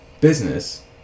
business